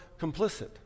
complicit